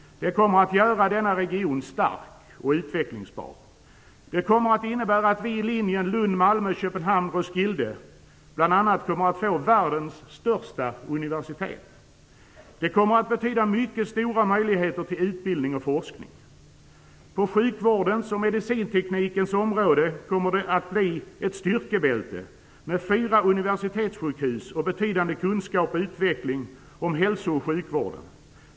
Det kommer att göra denna region stark och utvecklingsbar. Det kommer att innebära att vi på linjen Lund-Malmö-Köpenhamn-Roskilde bl.a. kommer att få världens största universitet. Det kommer att betyda mycket stora möjligheter till utbildning och forskning. På sjukvårdens och medicinteknikens område kommer det att bli ett styrkebälte med fyra universitetssjukhus och betydande kunskaper och utveckling när det gäller hälso och sjukvården.